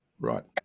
Right